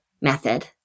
method